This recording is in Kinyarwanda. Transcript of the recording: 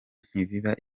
ntibiba